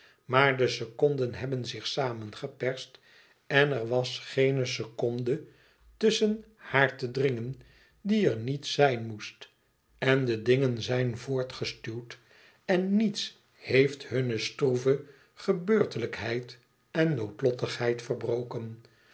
maar de seconden hebben zich samengeperst en er was geene seconde tusschen haar te dringen die er niet zijn moest en de dingen zijn voortgestuwd en niets heeft hunne stroeve gebeurlijkheid en noodlottigheid verbroken